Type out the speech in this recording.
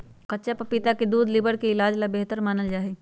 कच्चा पपीता के दूध लीवर के इलाज ला बेहतर मानल जाहई